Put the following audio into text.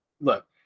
look